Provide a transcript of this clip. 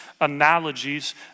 analogies